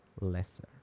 lesser